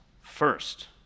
first